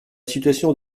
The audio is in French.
situation